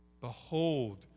Behold